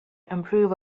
improve